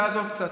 ואז עוד קצת: